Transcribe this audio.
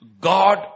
God